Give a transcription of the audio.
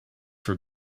for